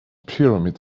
pyramid